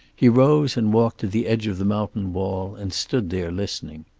he rose and walked to the edge of the mountain wall and stood there listening.